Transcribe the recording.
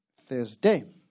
Thursday